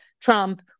trump